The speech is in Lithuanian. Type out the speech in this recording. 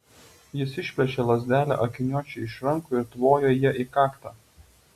jis išplėšė lazdelę akiniuočiui iš rankų ir tvojo ja į kaktą